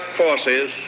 forces